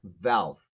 valve